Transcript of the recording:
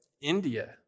India